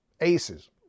aces